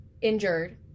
injured